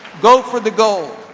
go for the gold.